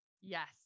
Yes